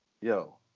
yo